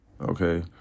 okay